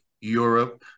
Europe